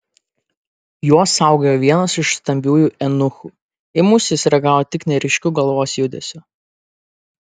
juos saugojo vienas iš stambiųjų eunuchų į mus jis reagavo tik neryškiu galvos judesiu